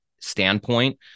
standpoint